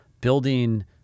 building